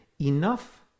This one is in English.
enough